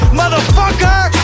motherfucker